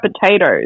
potatoes